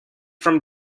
from